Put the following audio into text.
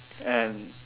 and